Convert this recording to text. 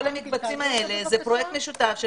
כל המקבצים האלה זה פרויקט משותף של